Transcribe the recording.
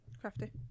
crafty